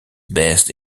based